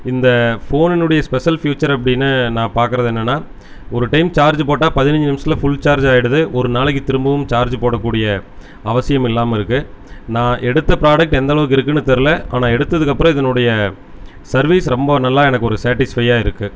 இந்த ஃபோன்னுடைய special feature அப்படின்னு நான் பார்க்குறது என்னென்னா ஒரு டைம் சார்ஜ் போட்டால் பதினைஞ்சி நிமிஷத்தில் ஃபுல் சார்ஜ் ஆயிடுது ஒரு நாளைக்கு திரும்பவும் சார்ஜ் போடக்கூடிய அவசியம் இல்லாமல் இருக்குது நான் எடுத்த ப்ராடக்ட் எந்த அளவுக்கு இருக்குன்னு தெரியல ஆனால் எடுத்ததுக்கப்புறம் இதனுடைய சர்வீஸ் ரொம்ப நல்லா எனக்கு ஒரு சேடிஸ்ஃவையாக இருக்குது